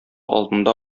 алдында